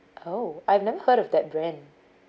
oh I've never heard of that brand